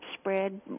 spread